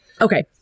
Okay